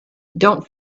don‘t